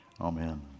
Amen